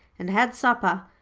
and had supper.